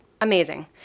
amazing